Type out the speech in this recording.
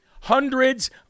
hundreds